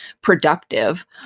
productive